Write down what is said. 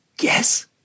Yes